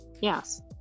yes